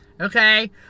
Okay